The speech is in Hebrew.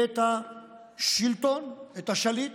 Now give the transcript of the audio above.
את השלטון, את השליט?